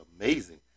amazing